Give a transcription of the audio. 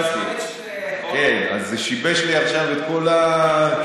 והופתעתי, אז זה שיבש לי עכשיו את כל התשובה.